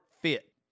fit